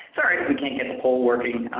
sorry if we can't get the poll working.